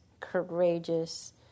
courageous